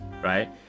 right